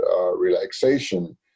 relaxation